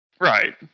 Right